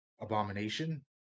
Abomination